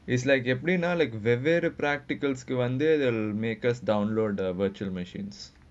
it's like the எப்டி னா:epdi naa like வெவ்வேறு:vevveru now a practical skill under the makers download the virtual machines